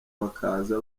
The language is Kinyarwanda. bakaza